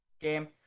game